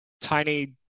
tiny